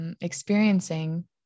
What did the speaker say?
Experiencing